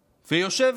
ויושב,